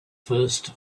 first